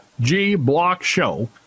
gblockshow